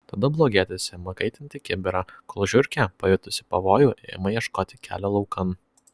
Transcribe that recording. tada blogietis ima kaitinti kibirą kol žiurkė pajutusi pavojų ima ieškoti kelio laukan